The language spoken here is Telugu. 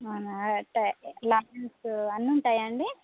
అవునా అంటే లయన్స్ అన్ని ఉంటాయా అండి